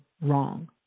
wrong